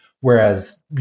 whereas